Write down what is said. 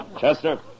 Chester